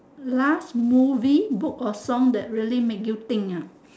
last movie book or song that really make you think ah